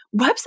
Website